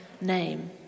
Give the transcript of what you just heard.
name